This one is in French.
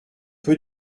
peu